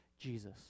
Jesus